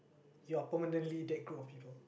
you are permanently that group of people